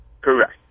Correct